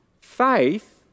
Faith